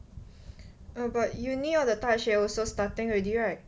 err but uni all the 大学 also starting already right